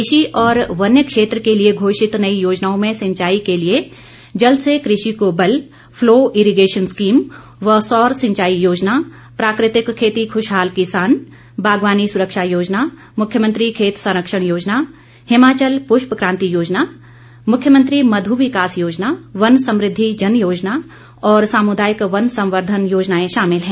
कृषि और वन्य क्षेत्र के लिए घोषित नई योजनाओं में सिंचाई के लिए जल से कृषि को बल फलो इरीगैशन स्कीम व सौर सिंचाई योजना प्राकृतिक खेती खुशहाल किसान बागवानी सुरक्षा योजना मुख्यमंत्री खेत संरक्षण योजना हिमाचल पुष्प कांति योजना मुख्यमंत्री मधु विकास योजना वन समृद्धि जन योजना और सामुदायिक वन संवर्धन योजनाएं शामिल हैं